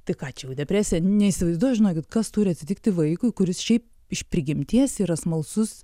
tai ką čia jau depresija neįsivaizduoju žinokit kas turi atsitikti vaikui kuris šiaip iš prigimties yra smalsus